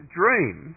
dream